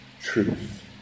truth